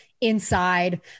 inside